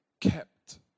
kept